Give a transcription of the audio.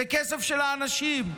זה כסף של האנשים.